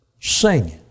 singing